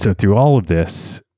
so through all of this,